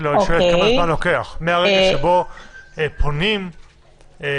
היא שואלת כמה זמן לוקח מהרגע שבו פונים --- מהרגע